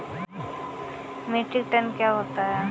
Metric ton क्या होता है?